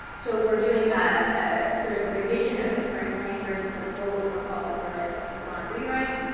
so we are doing a sort of revision of the current plan versus a full overhaul or a full-on rewrite.